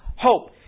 hope